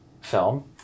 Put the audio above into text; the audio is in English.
film